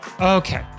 Okay